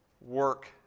work